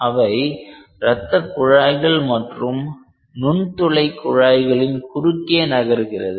அவை ரத்த குழாய்கள் மற்றும் நுண்துளை குழாய்களின் குறுக்கே நகர்கிறது